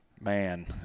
man